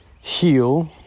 heal